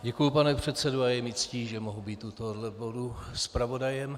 Děkuju, pane předsedo, a je mi ctí, že mohu být u tohoto bodu zpravodajem.